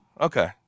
okay